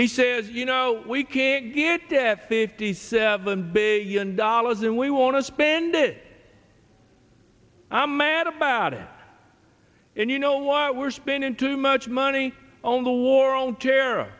he said you know we can't get to fifty seven big dollars and we want to spend it i'm mad about it and you know what we're spending too much money on the war on terror